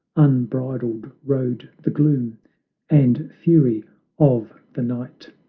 unbridled rode the gloom and fury of the night.